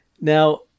Now